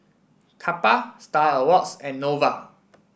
Kappa Star Awards and Nova